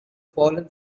fallen